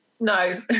No